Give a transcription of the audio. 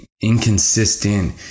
inconsistent